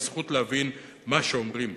יש זכות להבין מה שאומרים.